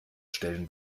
stellen